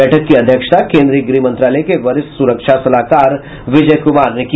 बैठक की अध्यक्षता केन्द्रीय गृह मंत्रालय के वरिष्ठ सुरक्षा सलाहकार विजय कुमार ने की